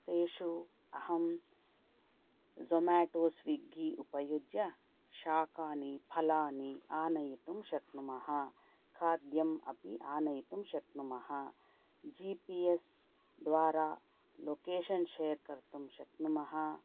तेषु अहं Zomato Swiggy उपयुज्य शाखानि फलानि आनयितुं शक्नुमः खाद्यम् अपि आनयितुं शक्नुमः जि पि एस् द्वारा लोकेशन् शेर् कर्तुं शक्नुमः